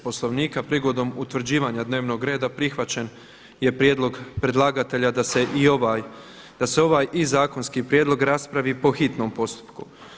Poslovnika, prigodom utvrđivanja dnevnog reda prihvaćen je prijedlog predlagatelja da se i ovaj, da se ovaj i zakonski prijedlog raspravi po hitnom postupku.